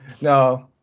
no